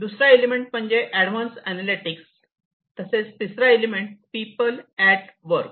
दुसरा एलिमेंट म्हणजे advance analytics तसेच तिसरा एलिमेंट पीपल अॅट वर्क